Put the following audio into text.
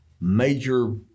major